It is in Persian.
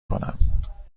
کنم